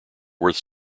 worth